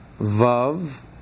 Vav